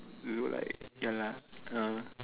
you look like ya lah ah